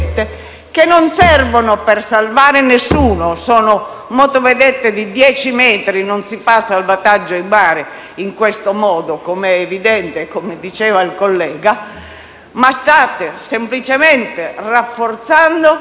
che non servono per salvare nessuno: sono motovedette di circa 10 metri e non si fa salvataggio in mare in questo modo, come è evidente e come ricordava il collega. Dunque state semplicemente rafforzando